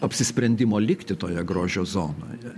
apsisprendimo likti toje grožio zonoje